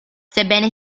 sebbene